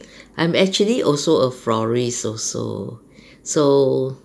I'm actually also a florist also so